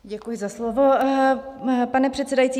Děkuji za slovo, pane předsedající.